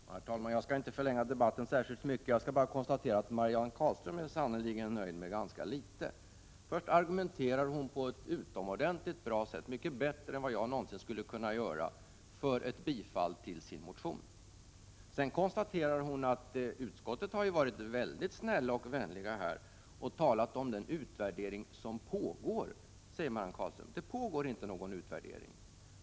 Herr talman! Jag skall inte förlänga debatten särskilt mycket. Jag vill bara — 10 december 1987 konstatera att Marianne Carlström sannerligen är nöjd med ganska litet. Först argumenterar hon på ett utomordentligt bra sätt — mycket bättre än vad jag någonsin skulle kunna göra — för ett bifall till sin motion. Sedan säger hon att utskottet ju har varit väldigt snällt och vänligt och talat om en utvärdering som pågår. Det pågår inte någon utvärdering!